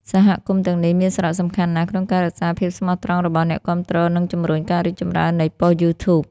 សហគមន៍ទាំងនេះមានសារៈសំខាន់ណាស់ក្នុងការរក្សាភាពស្មោះត្រង់របស់អ្នកគាំទ្រ និងជំរុញការរីកចម្រើននៃប៉ុស្តិ៍ YouTube ។